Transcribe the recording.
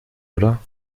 oder